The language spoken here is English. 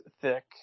thick